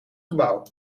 gebouw